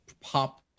pop